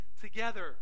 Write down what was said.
together